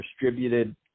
distributed